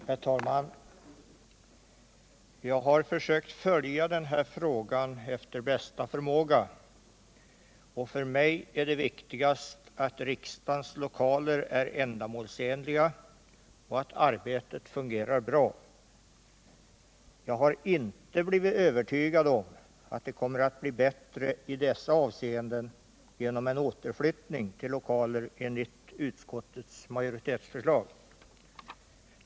Herr talman! Jag har efter bästa förmåga försökt följa den här frågan. För mig är det viktigast att riksdagens lokaler är ändamålsenliga och att arbetet Äyter bra. Jag har inte blivit övertygad om att det kommer att bli bättre i sådana avseenden genom cen återflyttning enligt utskottets majoritetsförslag.